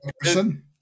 person